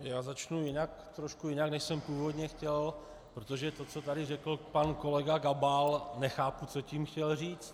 Já začnu trošku jinak, než jsem původně chtěl, protože to, co tady řekl pan kolega Gabal, nechápu, co tím chtěl říct.